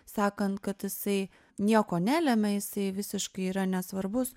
sakant kad jisai nieko nelemia jisai visiškai yra nesvarbus